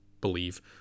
believe